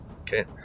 Okay